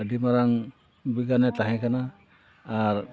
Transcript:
ᱟᱹᱰᱤ ᱢᱟᱨᱟᱝ ᱵᱤᱜᱟᱱᱮ ᱛᱟᱦᱮᱱ ᱠᱟᱱᱟ ᱟᱨ